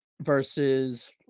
versus